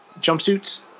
jumpsuits